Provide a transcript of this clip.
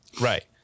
Right